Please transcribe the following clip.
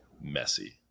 messy